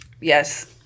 Yes